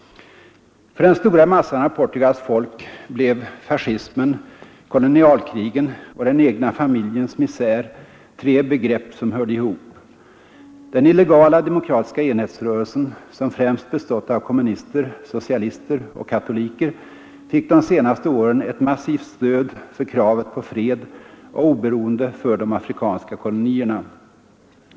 För den stora massan av Portugals folk blev fascismen, kolonialkrigen och den egna familjens misär tre begrepp som hörde ihop. Den illegala demokratiska enhetsrörelsen, som främst bestått av kommunister, socialister och katoliker, fick de senaste åren ett massivt stöd för kravet på fred och oberoende för de afrikanska kolonierna.